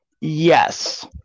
Yes